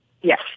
Yes